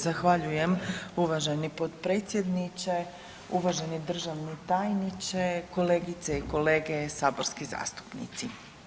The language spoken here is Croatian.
Zahvaljujem uvaženi potpredsjedniče, uvaženi državni tajniče, kolegice i kolege saborski zastupnici.